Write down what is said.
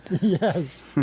Yes